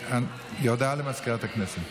הודעה לסגנית מזכיר הכנסת.